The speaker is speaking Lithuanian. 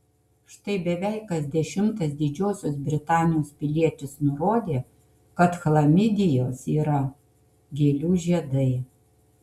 štai beveik kas dešimtas didžiosios britanijos pilietis nurodė kad chlamidijos yra gėlių žiedai